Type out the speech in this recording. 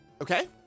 Okay